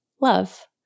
Love